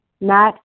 Matt